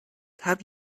have